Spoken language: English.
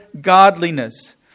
godliness